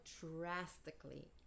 drastically